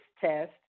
test